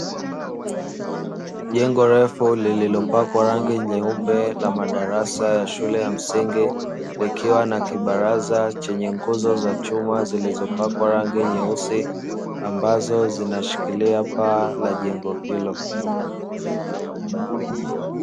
Jengo refu lililopakwa rangi nyeupe la madarasa la shule ya msingi, likiwa na kibaraza chenye nguzo za chuma zilizopzkwa rangi nyeusi ambazo zinashikilia paa la jengo hilo.